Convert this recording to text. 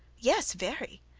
yes, very.